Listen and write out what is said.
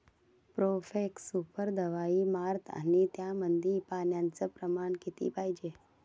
Profex Super दवाई मारतानी त्यामंदी पान्याचं प्रमाण किती पायजे?